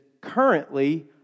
currently